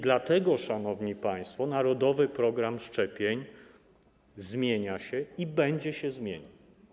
Dlatego, szanowni państwo, narodowy program szczepień zmienia się i będzie się zmieniał.